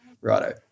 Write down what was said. righto